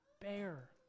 bear